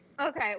Okay